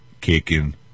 kicking